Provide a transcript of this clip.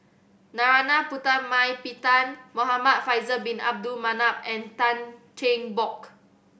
Narana Putumaippittan Muhamad Faisal Bin Abdul Manap and Tan Cheng Bock